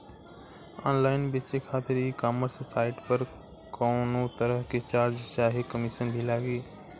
Online बेचे खातिर e commerce site पर कौनोतरह के चार्ज चाहे कमीशन भी लागी?